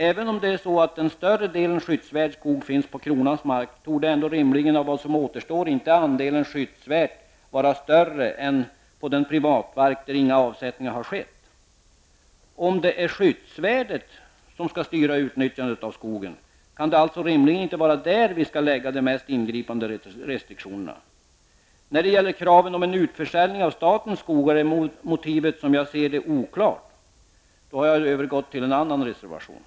Även om den större delen skyddsvärdsskog finns på kronans mark torde ändå rimligen inte andelen skyddsvärt av vad som återstår vara större än på den privata mark där inga avsättningar har skett. Om det är skyddsvärdet som skall styra utnyttjandet av skogen kan det alltså inte rimligen vara där vi skall lägga de mest ingripande restriktionerna. När det gäller kraven på en utförsäljning av statens skogar är motivet som jag ser det oklart -- jag har då övergått till att tala om en annan reservation.